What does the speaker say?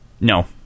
No